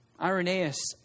Irenaeus